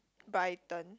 Brighton